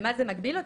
במה זה מגביל אותי,